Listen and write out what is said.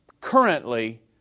currently